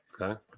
Okay